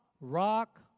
rock